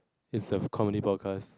it's a comedy podcast